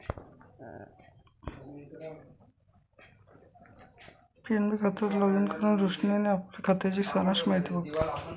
PNB खात्यात login करुन रोशनीने आपल्या खात्याची सारांश माहिती बघितली